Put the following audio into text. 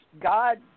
God